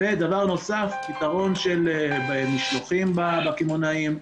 דבר נוסף פתרון במשלוחים לקמעונאים,